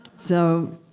so,